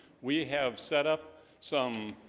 we have set up some